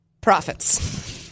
profits